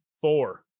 four